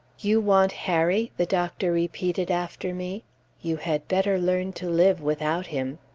you want harry! the doctor repeated after me you had better learn to live without him.